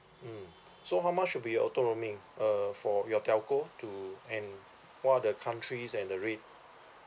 mm so how much will be your auto roaming uh for your telco to and what are the countries and the rate